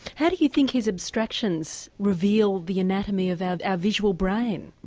how do you think his abstractions reveal the anatomy of our ah visual brain?